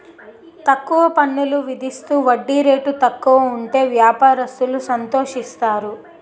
తక్కువ పన్నులు విధిస్తూ వడ్డీ రేటు తక్కువ ఉంటే వ్యాపారస్తులు సంతోషిస్తారు